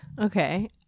Okay